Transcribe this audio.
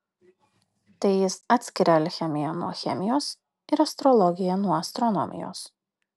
tai jis atskiria alchemiją nuo chemijos ir astrologiją nuo astronomijos